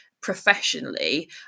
professionally